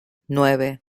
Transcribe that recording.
nueve